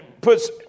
puts